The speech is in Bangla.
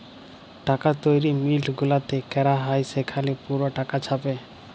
টাকা তৈরি মিল্ট গুলাতে ক্যরা হ্যয় সেখালে পুরা টাকা ছাপে